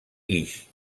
guix